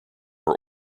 are